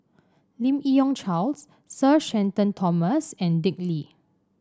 Lim Yi Yong Charles Sir Shenton Thomas and Dick Lee